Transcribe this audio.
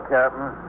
Captain